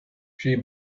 she